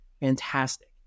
Fantastic